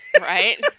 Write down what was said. Right